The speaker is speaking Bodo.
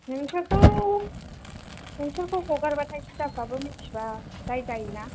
नोंसोरखौ नोंसोरखौ हगारबाथाय जुदाफ्राबो मिनथिबा दाय जायोना